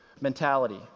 mentality